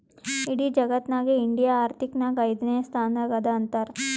ಇಡಿ ಜಗತ್ನಾಗೆ ಇಂಡಿಯಾ ಆರ್ಥಿಕ್ ನಾಗ್ ಐಯ್ದನೇ ಸ್ಥಾನ ಅದಾ ಅಂತಾರ್